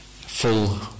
full